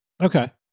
Okay